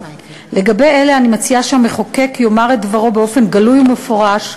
לגבי אלה אני מציעה שהמחוקק יאמר את דברו באופן גלוי ומפורש,